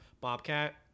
Bobcat